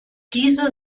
diese